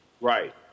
right